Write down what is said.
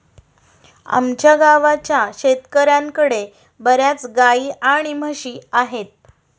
आमच्या गावाच्या शेतकऱ्यांकडे बर्याच गाई आणि म्हशी आहेत